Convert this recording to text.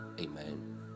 Amen